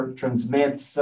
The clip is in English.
transmits